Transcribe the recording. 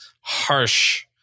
harsh